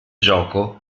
gioco